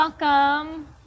welcome